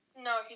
No